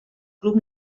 club